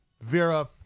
Vera